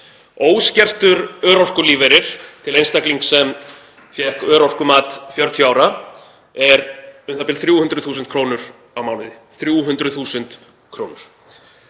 Óskertur örorkulífeyrir til einstaklings sem fékk örorkumat 40 ára er u.þ.b. 300.000 kr. á mánuði, 300.000 kr.